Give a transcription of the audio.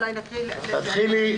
אולי נקריא את הכול.